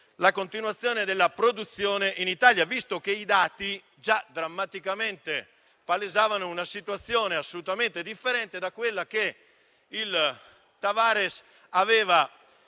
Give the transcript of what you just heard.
la continuazione della produzione in Italia, visto che i dati già drammaticamente palesavano una situazione assolutamente differente da quella che Tavares aveva